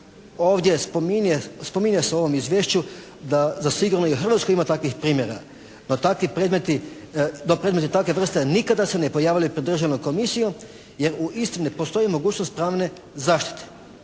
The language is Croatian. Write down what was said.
ovdje spominje se u ovom izvješću da sigurno i u Hrvatskoj ima takvih primjera. Pa takvi predmeti, predmeti takve vrste nikada se ne pojavljuju pred Državnom komisijom, jer u istima ne postoji mogućnost pravne zaštite.